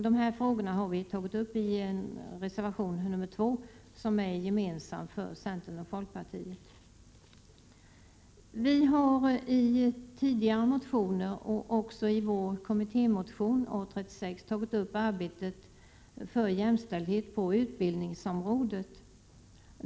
Dessa frågor har tagits upp i reservation nr 2, som är gemensam för centern och folkpartiet. Vi har tidigare i motioner och i vår kommittémotion A36 tagit upp arbetet för jämställdhet på utbildningsområdet.